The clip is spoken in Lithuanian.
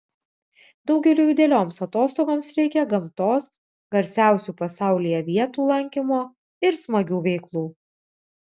daugeliui idealioms atostogoms reikia gamtos garsiausių pasaulyje vietų lankymo ir smagių veiklų